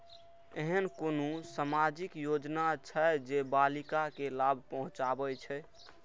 ऐहन कुनु सामाजिक योजना छे जे बालिका के लाभ पहुँचाबे छे?